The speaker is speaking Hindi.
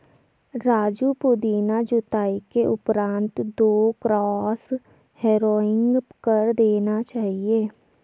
राजू पुदीना जुताई के उपरांत दो क्रॉस हैरोइंग कर देना चाहिए